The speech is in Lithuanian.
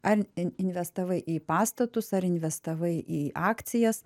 ar in investavai į pastatus ar investavai į akcijas